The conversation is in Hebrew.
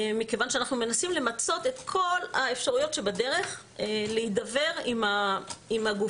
מכיוון שאנחנו מנסים למצות את כל האפשרויות שבדרך להידבר עם הגופים,